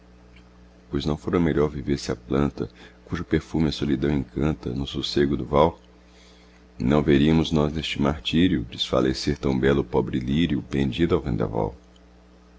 pois não fora melhor vivesse a planta cujo perfume a solidão encanta no sossego do val não veríamos nós neste martírio desfalecer tão belo o pobre lírio pendido ao vendaval